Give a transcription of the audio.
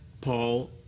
Paul